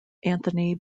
anthony